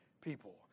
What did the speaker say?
people